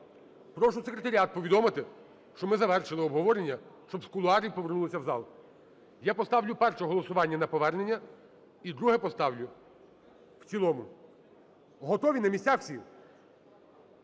Прошу секретаріат повідомити, що ми завершили обговорення, щоб з кулуарів повернулися в зал. Я поставлю перше голосування - на повернення і друге поставлю - в цілому. Готові? На місцях всі?